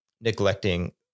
neglecting